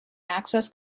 access